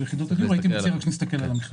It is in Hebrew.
יחידות הדיור צריך להסתכל על המכלול.